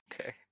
Okay